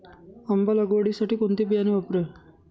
आंबा लागवडीसाठी कोणते बियाणे वापरावे?